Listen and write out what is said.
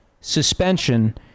suspension